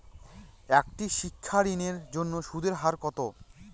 একটি শিক্ষা ঋণের জন্য সুদের হার কত?